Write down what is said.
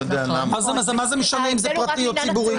מה זה משנה אם זה פרטי או ציבורי?